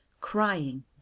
crying